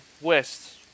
west